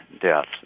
deaths